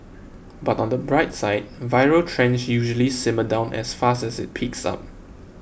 but on the bright side viral trends usually simmer down as fast as it peaks up